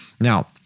Now